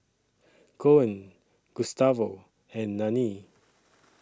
Koen Gustavo and Nanie